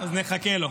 אז נחכה לו.